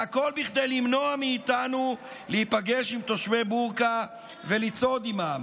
והכול כדי למנוע מאיתנו להיפגש עם תושבי בורקה ולצעוד עימם.